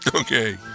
Okay